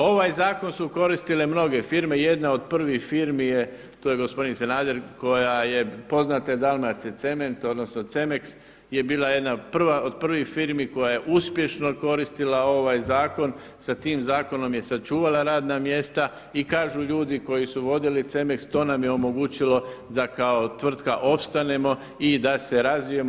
Ovaj zakon su koristile mnoge firme, jedna od prvih firmi to je gospodin Sanader koja je poznata Dalmacije cement odnosno CEMEX je bila jedna od prvih firmi koja je uspješno koristila ovaj zakon, sa tim zakonom je sačuvala radna mjesta i kažu ljudi koji su vodili CEMEX to nam je omogućilo da kao tvrtka opstanemo i da se razvijemo.